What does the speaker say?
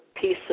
pieces